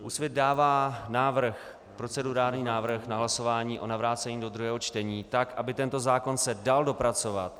Úsvit dává procedurální návrh na hlasování o navrácení do druhého čtení, aby se tento zákon dal dopracovat.